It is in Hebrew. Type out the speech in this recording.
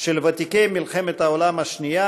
של ותיקי מלחמת העולם השנייה,